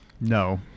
No